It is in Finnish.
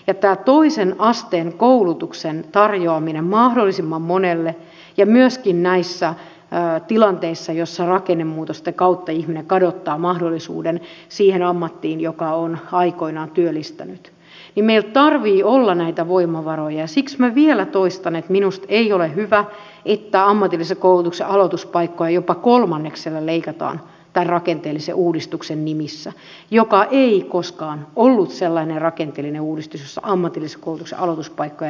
tämä toisen asteen koulutuksen tarjoamiseen mahdollisimman monelle ja myöskin näissä tilanteissa joissa rakennemuutosten kautta ihminen kadottaa mahdollisuuden siihen ammattiin joka on aikoinaan työllistänyt meillä tarvitsee olla näitä voimavaroja ja siksi vielä toistan että minusta ei ole hyvä että ammatillisen koulutuksen aloituspaikkoja jopa kolmanneksella leikataan tämän rakenteellisen uudistuksen nimissä joka ei koskaan ollut sellainen rakenteellinen uudistus jossa ammatillisen koulutuksen aloituspaikkoja leikataan